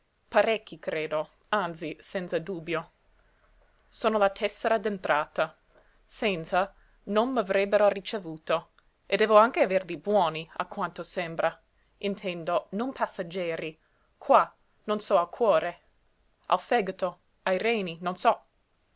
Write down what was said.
parecchi credo anzi senza dubbio sono la tessera d'entrata senza non m'avrebbero ricevuto e devo anche averli buoni a quanto sembra intendo non passeggeri qua non so al cuore al fegato ai reni non so